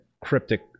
cryptic